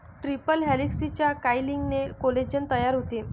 triple हेलिक्सच्या कॉइलिंगने collagen तयार होते